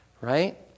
right